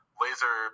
laser